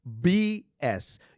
BS